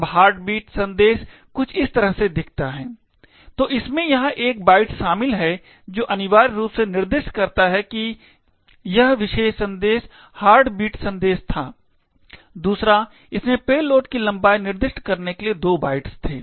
अब हार्टबीट संदेश कुछ इस तरह से दीखता है दूसरा इसमें पेलोड की लंबाई निर्दिष्ट करने के लिए 2 बाइट्स थे